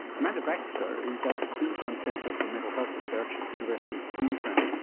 amanda baxter is at the queensland centre for mental health research at the university of queensland.